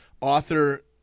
author